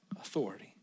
authority